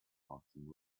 parking